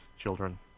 children